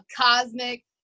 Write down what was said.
cosmic